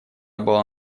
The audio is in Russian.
было